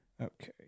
Okay